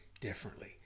differently